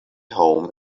home